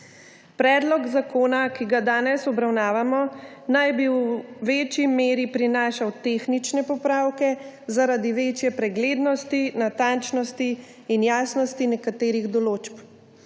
Predlog zakona, ki ga danes obravnavamo, naj bi v večji meri prinašal tehnične popravke zaradi večje preglednosti, natančnosti in jasnosti nekaterih določb.